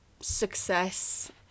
success